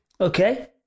okay